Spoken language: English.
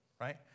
Right